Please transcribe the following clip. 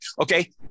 Okay